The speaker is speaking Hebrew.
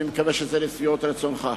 אני מקווה שזה לשביעות רצונך.